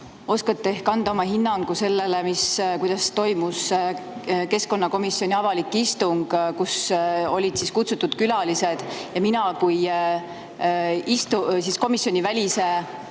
oskate ehk anda hinnangu sellele, kuidas toimus keskkonnakomisjoni avalik istung, kus olid kutsutud külalised ja mina komisjonivälise